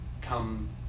come